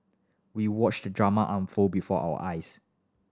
we watched the drama unfold before our eyes